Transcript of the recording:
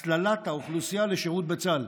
הסללת האוכלוסייה לשירות בצה"ל.